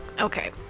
okay